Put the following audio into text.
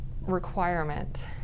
requirement